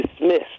dismissed